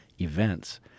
events